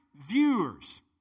viewers